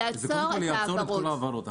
זה יעצור את ההעברות.